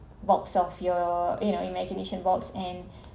box of your you know imagination box and